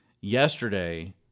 yesterday